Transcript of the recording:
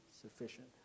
sufficient